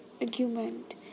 argument